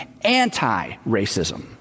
anti-racism